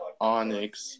onyx